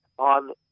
on